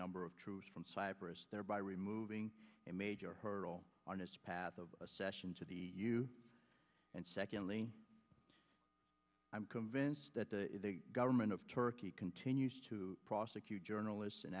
number of troops from cyprus thereby removing a major hurdle on its path of a session to the you and secondly i'm convinced that the government of turkey continues to prosecute journalists and